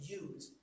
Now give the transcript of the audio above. use